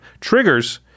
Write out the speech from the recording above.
triggers